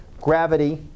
gravity